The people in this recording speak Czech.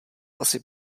asi